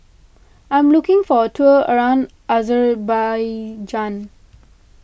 I am looking for a tour around Azerbaijan